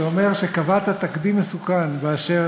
זה אומר שקבעת תקדים מסוכן בעניין